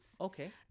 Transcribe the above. Okay